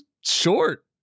short